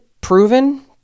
proven